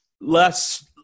Less